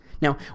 Now